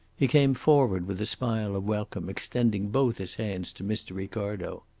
he came forward with a smile of welcome, extending both his hands to mr. ricardo.